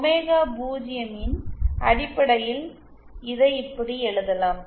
omega 0 இன் அடிப்படையில் இதை இப்படி எழுதலாம்